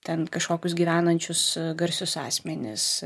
ten kažkokius gyvenančius garsius asmenis